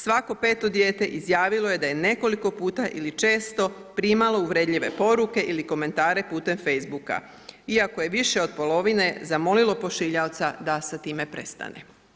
Svako peto dijete izjavilo je da je nekoliko puta ili često primalo uvredljive poruke ili komentare putem FB-a, iako je više od polovine zamolilo pošiljaoca da sa time prestane.